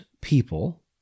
people